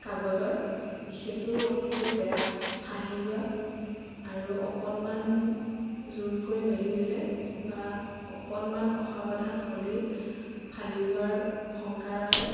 কাগজৰ সেইটো অতিকৈ বেয়া ফাঁহি যোৱা আৰু অকণমান জোৰকৈ মেলি দিলে বা অকণমান অসাৱধান হ'লেই ফালি যোৱাৰ শংকা আছে